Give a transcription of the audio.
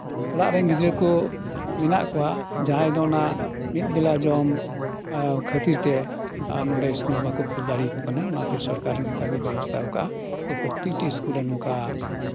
ᱚᱲᱟᱜ ᱨᱮᱱ ᱜᱤᱫᱽᱨᱟᱹ ᱠᱚ ᱢᱮᱱᱟᱜ ᱠᱚᱣᱟ ᱡᱟᱦᱟᱸᱭ ᱫᱚ ᱚᱱᱟ ᱢᱤᱫ ᱵᱮᱞᱟ ᱡᱚᱢ ᱠᱷᱟᱹᱛᱤᱨ ᱛᱮ ᱱᱚᱰᱮ ᱤᱥᱠᱩᱞ ᱢᱟ ᱵᱟᱠᱚ ᱠᱩᱞ ᱫᱟᱲᱮ ᱟᱠᱚ ᱠᱟᱱᱟ ᱚᱱᱟᱛᱮ ᱥᱚᱨᱠᱟᱨ ᱚᱱᱠᱟᱜᱮ ᱵᱮᱵᱚᱥᱛᱷᱟ ᱚᱱᱠᱟ ᱯᱨᱚᱛᱮᱠᱴᱤ ᱤᱥᱠᱩᱞ ᱨᱮ ᱵᱮᱵᱚᱥᱛᱷᱟ ᱚᱱᱠᱟ